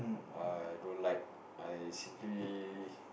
I don't like I simply